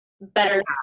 better